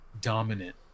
dominant